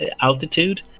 altitude